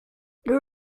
there